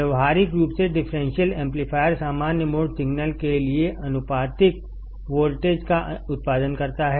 व्यावहारिक रूप से डिफरेंशियल एम्पलीफायर सामान्य मोड सिग्नल के लिए आनुपातिक वोल्टेज का उत्पादन करता है